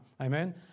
amen